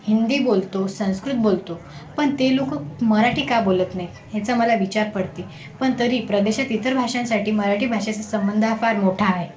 हिंदी बोलतो संस्कृत बोलतो पण ते लोक मराठी का बोलत नाही ह्याचा मला विचार पडते पण तरी प्रदेशात इतर भाषांसाठी मराठी भाषेचा संबंध हा फार मोठा आहे